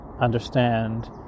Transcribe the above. understand